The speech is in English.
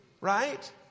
Right